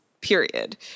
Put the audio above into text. period